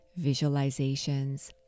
visualizations